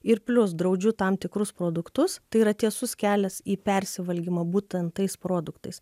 ir plius draudžiu tam tikrus produktus tai yra tiesus kelias į persivalgymą būtent tais produktais